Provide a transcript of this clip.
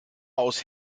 aus